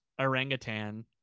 orangutan